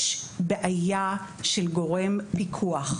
יש בעיה של גורם פיקוח.